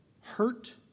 hurt